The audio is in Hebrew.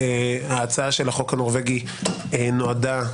ההצעה של החוק הנורבגי נועדה,